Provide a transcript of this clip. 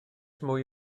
mwy